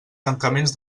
tancaments